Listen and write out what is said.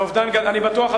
אני בטוח,